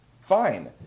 Fine